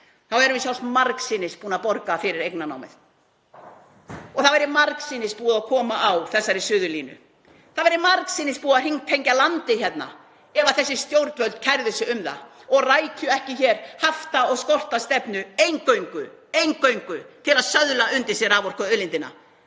þá erum við sjálfsagt margsinnis búin að borga fyrir eignarnámið og það væri margsinnis búið að koma á þessari Suðurnesjalínu. Það væri margsinnis búið að hringtengja landið hérna ef þessi stjórnvöld kærðu sig um það og rækju ekki hér hafta- og skortstefnu eingöngu til að sölsa undir sig raforkuauðlindina.